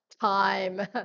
time